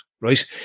right